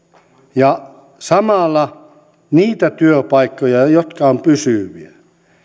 ja samalla niitä työpaikkoja jotka ovat pysyviä